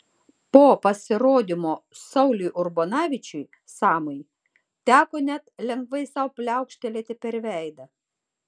po pasirodymo sauliui urbonavičiui samui teko net lengvai sau pliaukštelėti per veidą